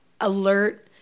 alert